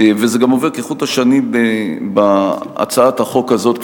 וזה גם עובר כחוט השני בהצעת החוק הזאת,